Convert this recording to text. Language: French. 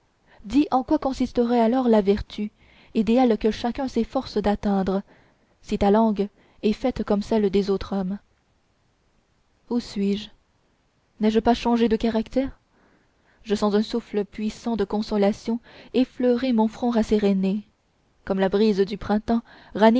en quoi consiste